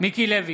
מיקי לוי,